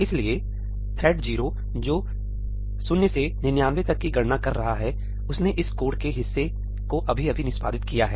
इसलिए थ्रेड 0 जो 0 से 99 तक की गणना कर रहा है उसने इस कोड के हिस्से को अभी अभी निष्पादित किया है